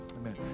Amen